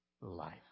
life